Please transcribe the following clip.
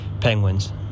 Penguins